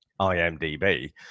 IMDB